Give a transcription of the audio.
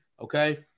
Okay